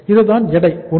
இதுதான் எடை 1